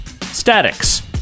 Statics